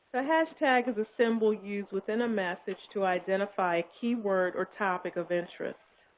a hashtag is a symbol used within a message to identify a keyword or topic of interest.